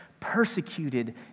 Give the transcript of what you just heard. persecuted